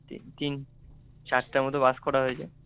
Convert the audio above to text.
তিন তিন চারটে মতো বাস করা হয়েছে